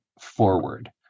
forward